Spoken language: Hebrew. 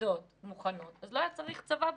מתפקדות ומוכנות, לא היה צריך צבא.